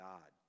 God